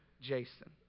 Jason